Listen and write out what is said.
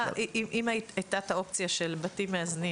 --- אם הייתה האופציה של בתים מאזנים